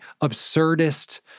absurdist